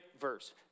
verse